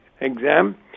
exam